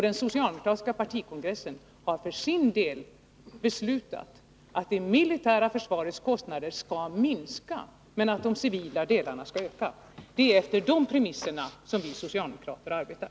Den socialdemokratiska partikongressen har för sin del beslutat att det militära försvarets kostnader skall minska men att de civila delarna skall öka. Det är efter de premisserna som vi socialdemokrater arbetar.